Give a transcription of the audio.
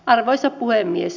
arvoisa puhemies